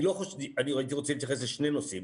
אני הייתי רוצה להתייחס לשני נושאים,